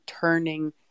turning